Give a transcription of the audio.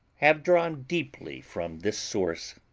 have drawn deeply from this source.